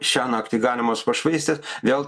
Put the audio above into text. šią naktį galimos pašvaistės vėl